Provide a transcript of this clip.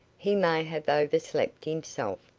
he may have overslept himself.